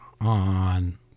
on